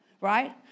right